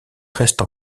reste